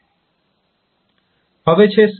હવે છે સ્કેલિંગ